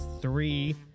three